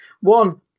One